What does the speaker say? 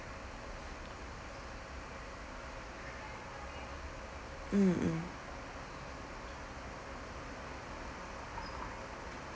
mm mm